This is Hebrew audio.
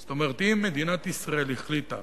זאת אומרת, אם מדינת ישראל החליטה